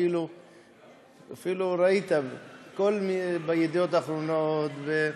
אפילו ראית, ב"ידיעות אחרונות",